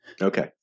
Okay